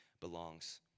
belongs